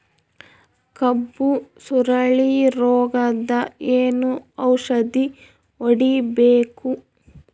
ಕಬ್ಬು ಸುರಳೀರೋಗಕ ಏನು ಔಷಧಿ ಹೋಡಿಬೇಕು?